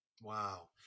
Wow